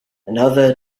another